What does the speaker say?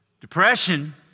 Depression